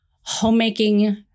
homemaking